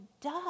duh